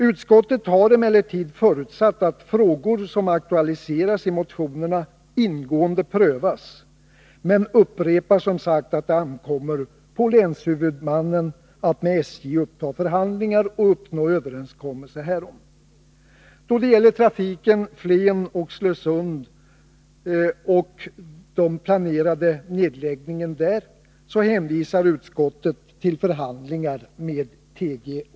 Utskottet har emellertid förutsatt att frågor som aktualiseras i motionerna ingående prövas, men upprepar som sagt att det ankommer på länshuvudmannen att med SJ uppta förhandlingar och uppnå överenskommelse härom. Då det gäller den planerade nedläggningen av trafiken Flen-Oxelösund hänvisar utskottet till förhandlingar med TGOJ.